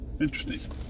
Interesting